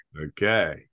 Okay